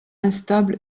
instable